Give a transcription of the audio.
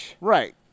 Right